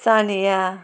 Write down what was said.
Sania